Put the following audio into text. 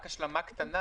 רק השלמה קטנה,